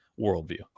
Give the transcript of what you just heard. worldview